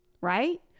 right